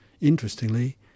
Interestingly